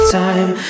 time